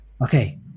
Okay